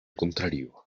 contrario